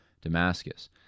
Damascus